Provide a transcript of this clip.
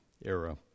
era